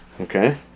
Okay